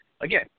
Again